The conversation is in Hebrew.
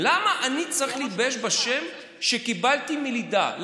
למה אני צריך להתבייש בשם שקיבלתי מלידה?